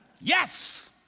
Yes